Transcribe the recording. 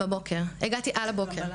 הגעתי על הבוקר.